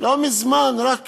לא מזמן, רק